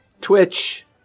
twitch